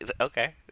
Okay